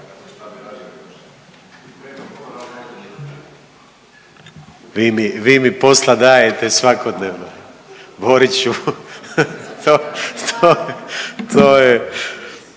Vi mi posla dajete svakodnevno Boriću. To je,